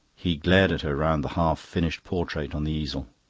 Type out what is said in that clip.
he glared at her round the half-finished portrait on the easel.